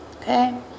Okay